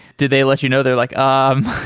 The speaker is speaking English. did they let you know they're like, um